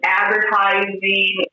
advertising